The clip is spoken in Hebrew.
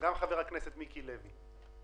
המספרים שיש מולי מראים שמתוך 542,000 פעוטות,